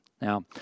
now